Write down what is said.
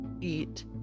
eat